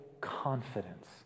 confidence